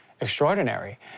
extraordinary